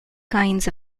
kinds